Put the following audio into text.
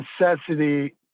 necessity